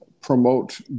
promote